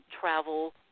travel